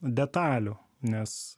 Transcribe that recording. detalių nes